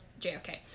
JFK